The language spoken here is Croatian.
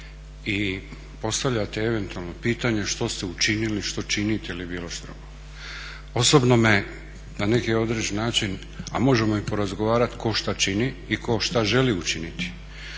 i postavljate eventualna pitanja što ste učinili, što činite ili bilo što. Osobno me na neki određeni način, a možemo i porazgovarati tko što čini i tko što želi učiniti.